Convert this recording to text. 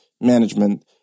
management